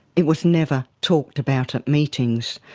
it was never talked about at meetings,